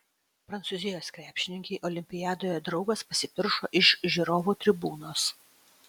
prancūzijos krepšininkei olimpiadoje draugas pasipiršo iš žiūrovų tribūnos